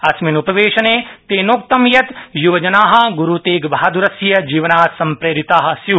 अस्मिन् उपवेशने तेनोक्तं यत् य्वजना गुरूतेगबहादुरस्य जीवनात् सम्प्रेरिता स्यु